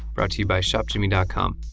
brought to you by shopjimmy and com.